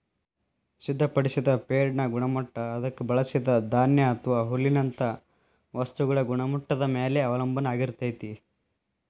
ಸಿದ್ಧಪಡಿಸಿದ ಫೇಡ್ನ ಗುಣಮಟ್ಟ ಅದಕ್ಕ ಬಳಸಿದ ಧಾನ್ಯ ಅಥವಾ ಹುಲ್ಲಿನಂತ ವಸ್ತುಗಳ ಗುಣಮಟ್ಟದ ಮ್ಯಾಲೆ ಅವಲಂಬನ ಆಗಿರ್ತೇತಿ